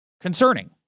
concerning